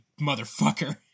motherfucker